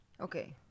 Okay